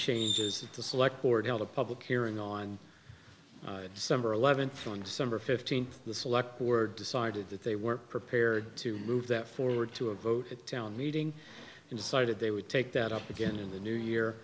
changes to select board held a public hearing on december eleventh on december fifteenth the select were decided that they were prepared to move that forward to a vote at town meeting and decided they would take that up again in the new year